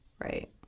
right